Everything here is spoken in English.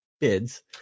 bids